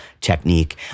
technique